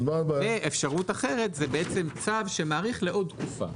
ואפשרות אחרת זה בעצם צו שמאריך לעוד תקופה.